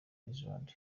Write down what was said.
iceland